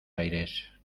aires